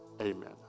amen